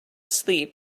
sleep